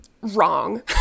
wrong